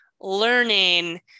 learning